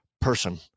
person